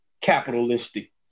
capitalistic